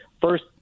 First